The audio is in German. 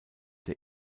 der